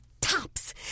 tops